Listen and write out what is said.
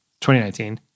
2019